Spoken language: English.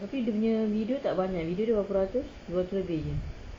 tapi dia punya video tak banyak video dia berapa ratus dua ratus lebih jer